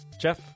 Jeff